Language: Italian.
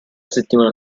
settimana